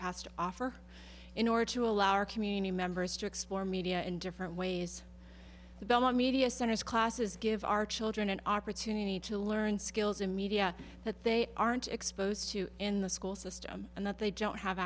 has to offer in order to allow our community members to explore media in different ways the belmont media centers classes give our children an opportunity to learn skills in media that they aren't exposed to in the school system and that they don't have